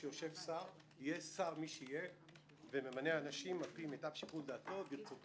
למה לא עושים אחרי שעתיים הפסקה לתת לאנשים לנשום אוויר ולהתאוורר?